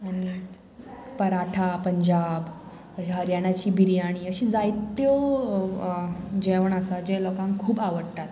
पराठा पंजाब अशे हरयाणाची बिरयाणी अशी जायत्यो जेवण आसा जे लोकांक खूब आवडटात